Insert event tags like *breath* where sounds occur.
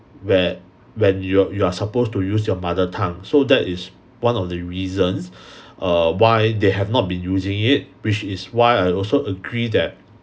where when you're you're supposed to use your mother tongue so that is one of the reasons *breath* err why they have not been using it which is why I also agree that